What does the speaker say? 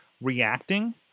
reacting